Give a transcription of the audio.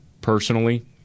personally